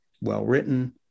well-written